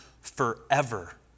forever